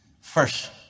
first